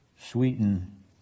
sweeten